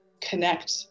connect